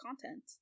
content